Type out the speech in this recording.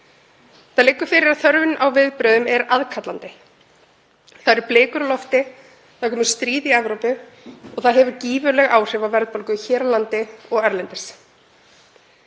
Það liggur fyrir að þörfin á viðbrögðum er aðkallandi. Það eru blikur á lofti, það er komið stríð í Evrópu og það hefur gífurleg áhrif á verðbólgu hér á landi og erlendis.